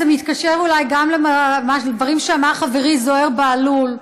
זה מתקשר אולי גם לדברים שאמר חברי זוהיר בהלול.